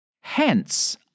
Hence